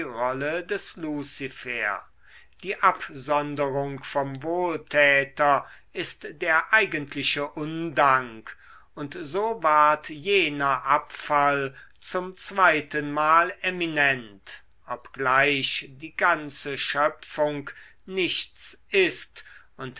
rolle des luzifer die absonderung vom wohltäter ist der eigentliche undank und so ward jener abfall zum zweitenmal eminent obgleich die ganze schöpfung nichts ist und